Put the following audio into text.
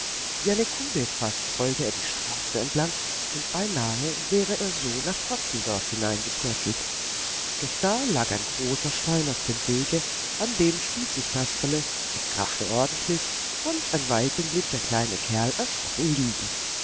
eine kugel fast rollte er die straße entlang und beinahe wäre er so nach protzendorf hineingepurzelt doch da lag ein großer stein auf dem wege an dem stieß sich kasperle es krachte ordentlich und ein weilchen blieb der kleine kerl erschrocken liegen